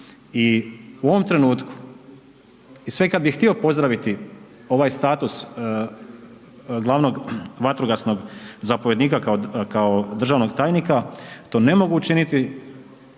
i u ovom trenutku sve i kad bih htio pozdraviti ovaj status glavnog vatrogasnog zapovjednika kao državnog tajnika, to ne mogu učiniti